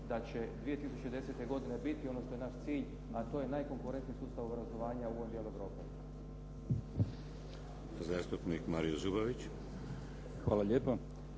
da će 2010. godine biti ono što je naš cilj, a to je najkonkuretniji sustav obrazovanja u ovom dijelu Europe.